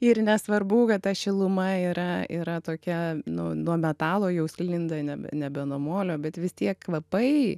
ir nesvarbu kad ta šiluma yra yra tokia nu nuo metalo jau sklinda nebe nebe nuo molio bet vis tiek kvapai